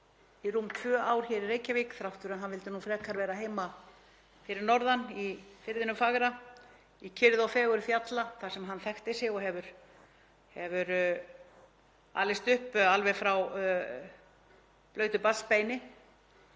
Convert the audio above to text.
í rúm tvö ár í Reykjavík, þrátt fyrir að hann vildi nú frekar vera heima fyrir norðan í firðinum fagra, í kyrrð og fegurð fjalla þar sem hann þekkti sig og hefur alist upp alveg frá blautu barnsbeini.